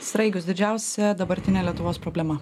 sraigius didžiausia dabartinė lietuvos problema